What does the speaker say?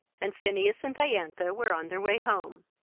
and phineas and diantha were on their way home.